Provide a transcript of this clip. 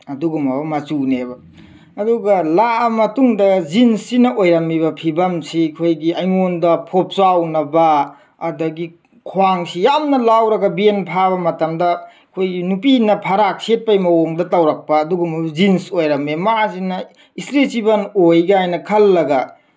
ꯑꯗꯨꯒꯨꯝꯂꯕ ꯃꯆꯨꯅꯦꯕ ꯑꯗꯨꯒ ꯂꯥꯛꯑ ꯃꯇꯨꯡꯗ ꯖꯤꯟꯁꯁꯤꯅ ꯑꯣꯏꯔꯝꯃꯤꯕ ꯐꯤꯕꯝꯁꯤ ꯑꯩꯈꯣꯏꯒꯤ ꯑꯩꯉꯣꯟꯗ ꯐꯣꯞꯆꯥꯎꯅꯕ ꯑꯗꯒꯤ ꯈ꯭ꯋꯥꯡꯁꯦ ꯌꯥꯝꯅ ꯂꯥꯎꯔꯒ ꯕꯦꯜꯠ ꯐꯥꯕ ꯃꯇꯝꯗ ꯑꯩꯈꯣꯏꯒꯤ ꯅꯨꯄꯤꯅ ꯐꯔꯥꯛ ꯁꯦꯠꯄꯒꯤ ꯃꯑꯣꯡꯗ ꯇꯧꯔꯛꯄ ꯑꯗꯨꯒꯨꯝꯕ ꯖꯤꯟꯁ ꯑꯣꯏꯔꯝꯃꯦ ꯃꯥꯁꯤꯅ ꯏꯁꯇ꯭ꯔꯦꯠꯆꯦꯕꯜ ꯑꯣꯏ ꯀꯥꯏꯅ ꯈꯜꯂꯒ